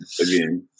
again